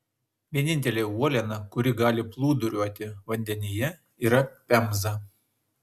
vienintelė uoliena kuri gali plūduriuoti vandenyje yra pemza